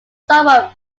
somewhat